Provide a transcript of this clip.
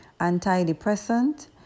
antidepressant